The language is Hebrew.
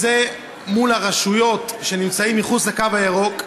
והיא מול הרשויות שנמצאות מחוץ לקו הירוק.